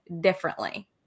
differently